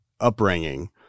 upbringing